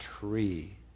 tree